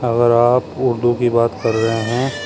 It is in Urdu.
اگر آپ اردو کی بات کر رہے ہیں